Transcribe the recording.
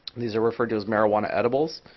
these are referred to as marijuana edibles.